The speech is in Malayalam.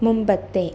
മുമ്പത്തെ